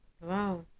Wow